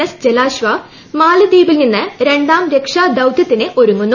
S Jalashwa മാലിദ്വീപിൽ നിന്ന് രണ്ടാം രക്ഷാദൌത്യത്തിന് ഒരുങ്ങുന്നു